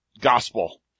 gospel